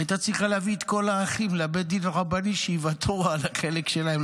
הייתה צריכה להביא את כל האחים לבית הדין הרבני שיוותרו על החלק שלהם,